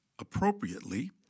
appropriately –